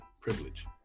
Privilege